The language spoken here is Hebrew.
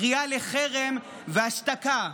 קריאה לחרם והשתקה.